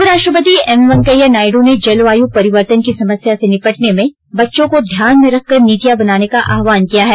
उपराष्ट्रपति एम वेंकैया नायडू ने जलवायु परिवर्तन की समस्या से निपटने में बच्चों को ध्यान में रखकर नीतियां बनाने का आह्वान किया है